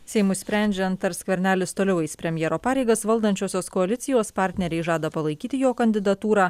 seimui sprendžiant ar skvernelis toliau eis premjero pareigas valdančiosios koalicijos partneriai žada palaikyti jo kandidatūrą